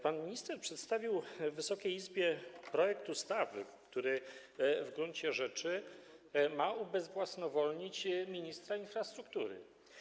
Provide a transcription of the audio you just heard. Pan minister przedstawił Wysokiej Izbie projekt ustawy, który w gruncie rzeczy ma ubezwłasnowolnić ministra infrastruktury.